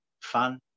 fun